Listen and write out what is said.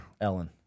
Ellen